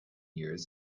years